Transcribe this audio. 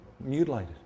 mutilated